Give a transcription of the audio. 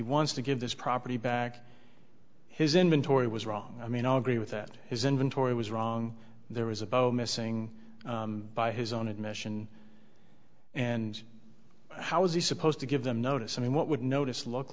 wants to give this property back his inventory was wrong i mean i'll agree with that his inventory was wrong there was about missing by his own admission and how was he supposed to give them notice i mean what would notice look